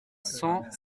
cent